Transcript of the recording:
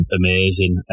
amazing